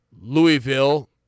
Louisville